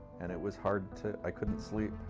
and it was hard to i couldn't sleep,